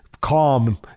Calm